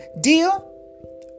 Deal